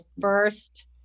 first